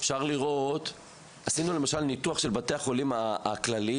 עשינו למשל ניתוח של בתי החולים הכלליים.